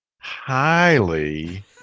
highly